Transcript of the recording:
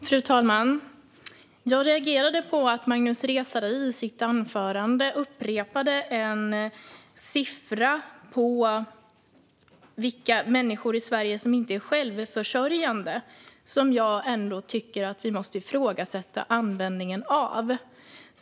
Fru talman! Jag reagerade på att Magnus Resare i sitt anförande upprepade en siffra på vilka människor i Sverige som inte är självförsörjande. Det är en siffra som jag tycker att vi måste ifrågasätta användningen av.